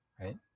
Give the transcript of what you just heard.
right